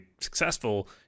successful